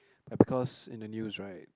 ya because in the news right